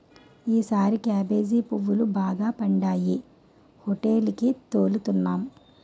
ఈసారి కేబేజీ పువ్వులు బాగా పండాయి హోటేలికి తోలుతన్నాం